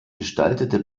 gestaltete